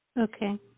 okay